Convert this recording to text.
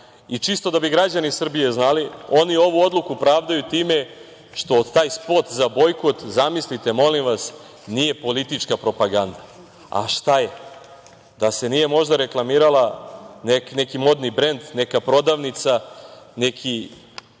da bi građani Srbije znali, oni ovu odluku pravdaju time što taj spot za bojkot, zamislite molim vas, nije politička propaganda, a šta je? Da se nije možda reklamirao neki modni brend, neka prodavnica, neki